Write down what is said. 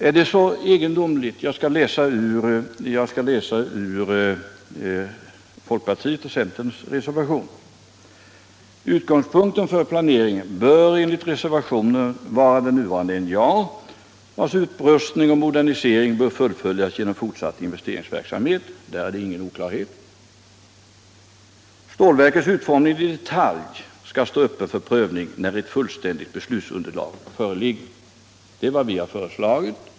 Är det så egendomligt? Jag skall läsa ur centerns och folkpartiets reservation till betänkandet 72: ”Utgångspunkten för planeringen bör vara det nuvarande NJA, vars upprustning och modernisering bör fullföljas genom fortsatt investerings verksamhet.” — Där är det ingen oklarhet. ”Stålprojektets utformning i detalj skall stå öppen för prövning när ett fullständigt beslutsunderlag föreligger.” — Det är vad vi har föreslagit.